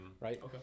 right